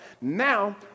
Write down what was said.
Now